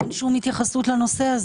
אין שום התייחסות לנושא.